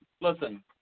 listen